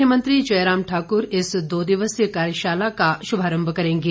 मुख्यमंत्री जयराम ठाकुर इस दो दिवसीय कार्यशाला का शुभारंभ करेंगे